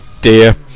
dear